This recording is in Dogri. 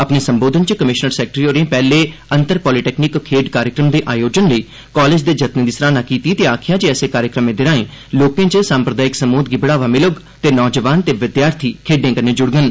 अपने संबोधन च कमिशनर सैक्रेटरी होरें पैहले अंतर पालिटेक्निक खेड्ढ कार्यक्रम दे आयोजन लेई कालेज दे जतने दी सराहना कीती ते आखेआ जे ऐसे कार्यक्रमें दे राए लोकें च साम्प्रदायिक समोध गी बढ़ावा मिलोग तें नौजवान ते विद्यार्थी खेड्ढें कन्नै जुड़ंगन